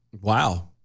Wow